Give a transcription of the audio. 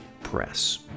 press